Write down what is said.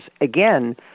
again